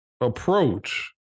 approach